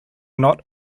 not